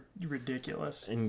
ridiculous